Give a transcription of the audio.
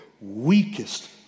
weakest